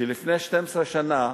שלפני 12 שנה,